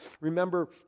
Remember